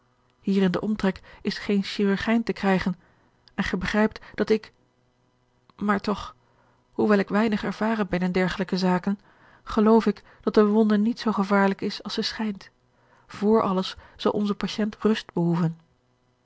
hier in den omtrek is geen chirurgijn te krijgen en gij begrijpt dat ik maar toch hoewel ik weinig ervaren ben in dergelijke zaken geloof ik dat de wonde niet zoo gevaarlijk is als zij schijnt vr alles zal onze patient rust behoeven